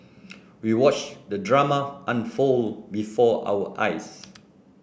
we watched the drama unfold before our eyes